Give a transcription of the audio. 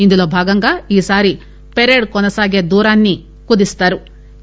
ఇందులో భాగంగా ఈసారి పెరేడ్ కొనసాగే దూరాన్ని కుదిస్తారు